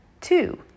Two